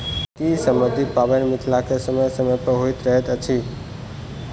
खेती सम्बन्धी पाबैन मिथिला मे समय समय पर होइत रहैत अछि